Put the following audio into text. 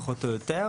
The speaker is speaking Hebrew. פחות או יותר,